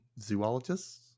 zoologists